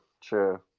true